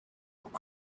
kuko